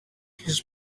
his